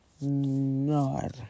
no